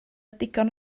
digon